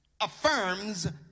affirms